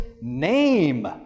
name